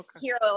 Hero